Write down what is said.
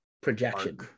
projection